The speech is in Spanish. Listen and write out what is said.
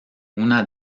una